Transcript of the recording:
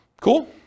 Cool